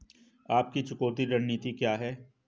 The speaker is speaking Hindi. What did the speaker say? आपकी चुकौती रणनीति क्या है?